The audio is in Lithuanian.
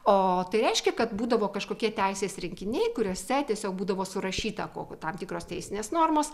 o tai reiškia kad būdavo kažkokie teisės rinkiniai kuriuose tiesiog būdavo surašyta kokių tam tikros teisinės normos